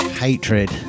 Hatred